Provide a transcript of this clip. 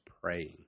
praying